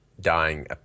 dying